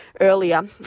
earlier